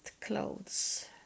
clothes